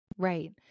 Right